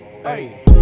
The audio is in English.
Hey